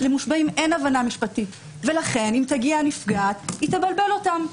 למושבעים אין הבנה משפטית ולכן אם תגיע נפגעת היא תבלבל אותם.